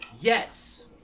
yes